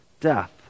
death